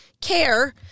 care